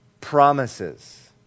promises